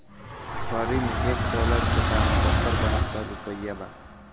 ए घड़ी मे एक डॉलर के दाम सत्तर बहतर रुपइया बा